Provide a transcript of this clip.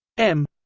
m